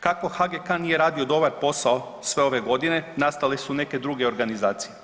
Kako HGK nije radio dobar posao sve ove godine, nastale su neke druge organizacije.